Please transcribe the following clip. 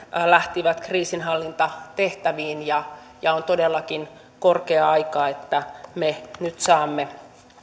lähtivät kriisinhallintatehtäviin ja ja on todellakin korkea aika että me nyt saamme